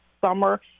summer